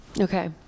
Okay